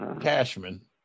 Cashman